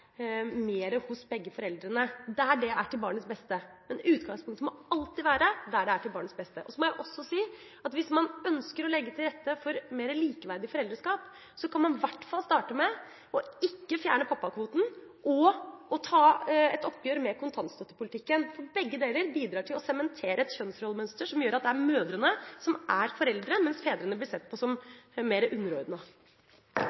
hos begge foreldrene, der dette er til barnets beste. Men utgangspunktet må alltid være barnets beste. Så må jeg også si at hvis man ønsker å legge til rette for mer likeverdig foreldreskap, kan man i hvert fall starte med ikke å fjerne pappakvoten, og å ta et oppgjør med kontantstøttepolitikken. Begge deler bidrar til å sementere et kjønnsrollemønster som gjør at det er mødrene som er foreldre, mens fedrene blir sett på som